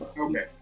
okay